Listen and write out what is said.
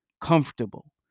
comfortable